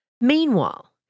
Meanwhile